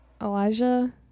Elijah